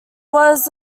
was